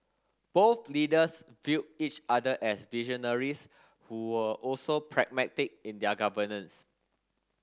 both leaders viewed each other as visionaries who were also pragmatic in their governance